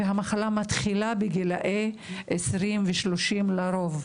שהמחלה מתחילה בגילאי 20 ו-30 לרוב,